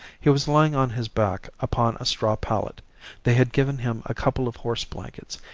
he was lying on his back upon a straw pallet they had given him a couple of horse-blankets,